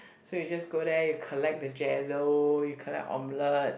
so you just go there you collect the jello you collect omelette